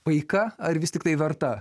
paika ar vis tiktai verta